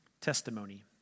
testimony